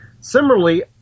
Similarly